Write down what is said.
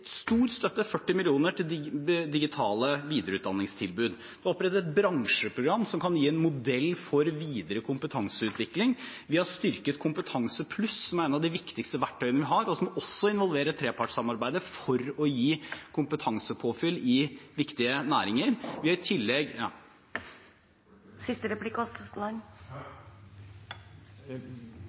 stor støtte – 40 mill. kr – til digitale videreutdanningstilbud. Det er opprettet et bransjeprogram som kan gi en modell for videre kompetanseutvikling. Vi har styrket Kompetansepluss, som er et av de viktigste verktøyene vi har, og som også involverer trepartssamarbeidet, for å gi kompetansepåfyll i viktige næringer. Vi har i tillegg